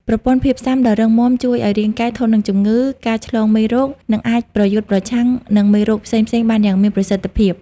ប្រព័ន្ធភាពស៊ាំដ៏រឹងមាំជួយឱ្យរាងកាយ ធន់នឹងជំងឺ ការឆ្លងមេរោគ និងអាចប្រយុទ្ធប្រឆាំងនឹងមេរោគផ្សេងៗបានយ៉ាងមានប្រសិទ្ធភាព។